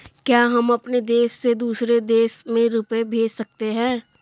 क्या हम अपने देश से दूसरे देश में रुपये भेज सकते हैं?